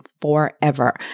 forever